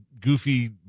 goofy